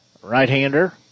Right-hander